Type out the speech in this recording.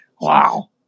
Wow